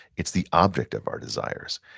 it's the object of our desires.